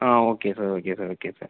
ah okay sir okay sir okay sir